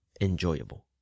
enjoyable